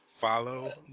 Follow